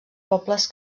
pobles